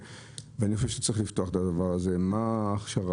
אני חושב שצריך לפתוח את הדבר הזה מה ההכשרה,